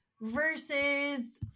versus